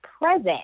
present